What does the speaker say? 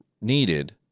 needed